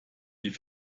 die